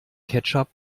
ketchup